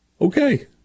Okay